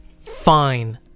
fine